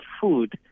food